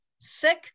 Sick